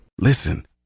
Listen